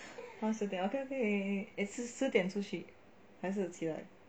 换十点 okay okay 你十点出去还是起来